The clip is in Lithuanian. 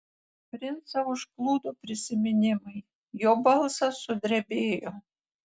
princą užplūdo prisiminimai jo balsas sudrebėjo